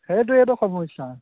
সেইটোৱেইতো সমস্যা